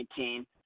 19